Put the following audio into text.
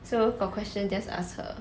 so got questions just ask her